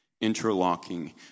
interlocking